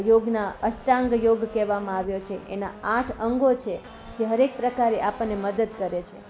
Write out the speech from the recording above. યોગના અષ્ટાંગ યોગ કહેવામાં આવ્યો છે એના આઠ અંગો છે જે દરેક પ્રકારે આપણને મદદ કરે છે